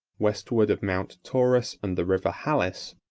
westward of mount taurus and the river halys,